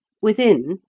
within,